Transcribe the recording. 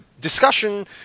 discussion